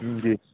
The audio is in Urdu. جی